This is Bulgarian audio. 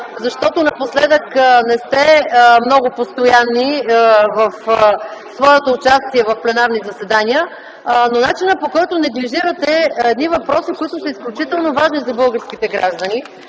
защото напоследък не сте много постоянни в своето участие в пленарни заседания. Начинът, по който неглижирате въпроси, изключително важни за българските граждани